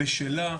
בשלה,